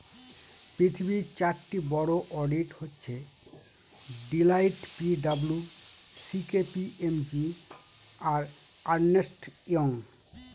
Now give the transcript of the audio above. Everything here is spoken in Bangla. পৃথিবীর চারটি বড়ো অডিট হচ্ছে Deloitte P W C K P M G আর আর্নেস্ট ইয়ং